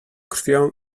krwią